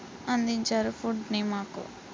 అందించారు ఫుడ్ని మాకు